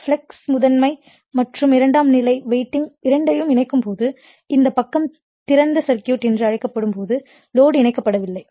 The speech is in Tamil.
ஃப்ளக்ஸ் முதன்மை மற்றும் இரண்டாம் நிலை வைண்டிங் இரண்டையும் இணைக்கும் போது இந்த பக்கம் திறந்த சர்க்யூட் என்று அழைக்கப்படும் போது லோடு இணைக்கப்படவில்லை